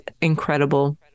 incredible